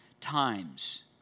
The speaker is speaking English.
times